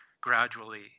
gradually